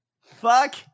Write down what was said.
Fuck